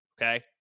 Okay